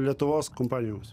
lietuvos kompanijoms